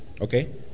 Okay